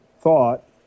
thought